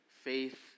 Faith